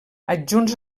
adjunts